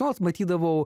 nuolat matydavau